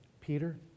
Peter